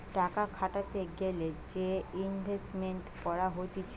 টাকা খাটাতে গ্যালে যে ইনভেস্টমেন্ট করা হতিছে